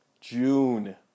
June